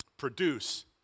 Produce